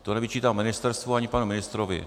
To nevyčítám ministerstvu ani panu ministrovi.